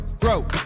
grow